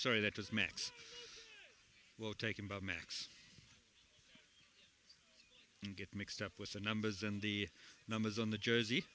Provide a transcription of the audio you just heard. sorry that was max well taken by max and get mixed up with the numbers and the numbers on the jersey